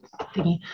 thingy